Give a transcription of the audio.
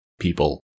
people